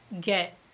get